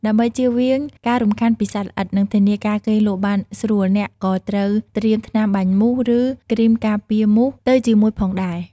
ដើម្បីជៀសវាងការរំខានពីសត្វល្អិត និងធានាការគេងលក់បានស្រួល អ្នកក៏ត្រូវត្រៀម ថ្នាំបាញ់មូស ឬគ្រីមការពារមូស ទៅជាមួយផងដែរ។